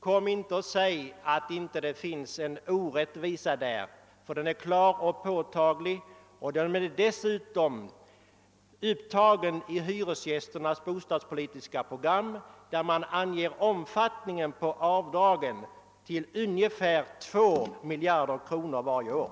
Kom därför inte och säg att det inte finns en orättvisa härvidlag! Den är klar och påtaglig. Dessutom är den påtalad i Hyresgästernas bostadspolitiska program, där man uppskattar avdragens omfattning till ungefär 2 miljarder kronor varje år.